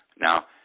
Now